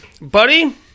Buddy